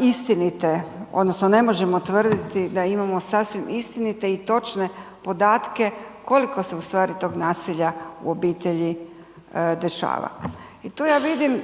istinite odnosno ne možemo tvrditi da imamo sasvim istinite i točne podatke koliko se u stvari tog nasilja u obitelji dešava i tu ja vidim